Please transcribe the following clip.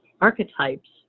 archetypes